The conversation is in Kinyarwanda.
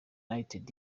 united